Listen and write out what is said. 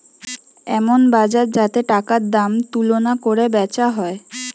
এমন বাজার যাতে টাকার দাম তুলনা কোরে বেচা হয়